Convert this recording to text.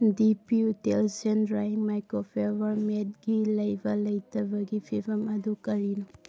ꯗꯤ P utensil drying microfiber ꯃꯦꯠꯀꯤ ꯂꯩꯕ ꯂꯩꯇꯕꯒꯤ ꯐꯤꯚꯝ ꯑꯗꯨ ꯀꯔꯤꯅꯣ